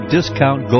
Discount